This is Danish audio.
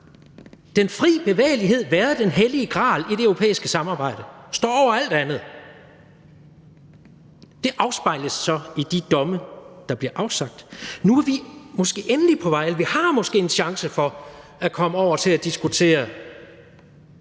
den frie bevægelighed været den hellige gral i det europæiske samarbejde; den står over alt andet. Det afspejles så i de domme, der bliver afsagt. Nu har vi måske en chance for at komme over til også at diskutere